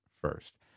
first